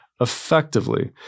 effectively